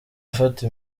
afata